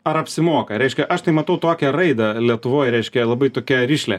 ar apsimoka reiškia aš tai matau tokią raidą lietuvoj reiškia labai tokią rišlią